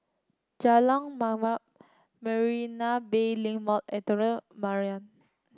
Jalan Mamam Marina Bay Link Mall and Tengkok Mariam